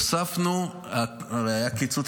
הוספנו, הרי היה קיצוץ